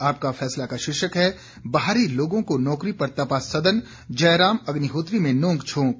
आपका फैसला का शीर्षक है बाहरी लोगों को नौकरी पर तपा सदन जयराम अग्निहोत्री में नोकझोंक